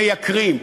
מייקרים,